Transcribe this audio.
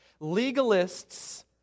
Legalists